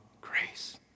grace